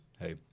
Hey